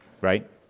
right